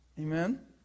Amen